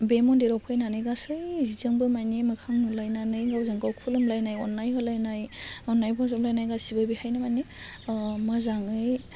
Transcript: बे मन्दिराव फैन्नानै गासैजोंबो मानि मोखां नुलायनानै गावजों गाव खुलुमलायनाय अन्नाय होलायनाय अन्नायखौ बोजबलायनाय गासिबो बेहायनो माने मोजाङै